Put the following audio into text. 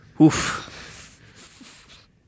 Oof